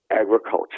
agriculture